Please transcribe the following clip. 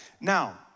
now